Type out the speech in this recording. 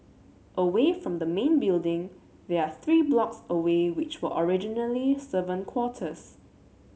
away from the main building there are three blocks away which were originally servant quarters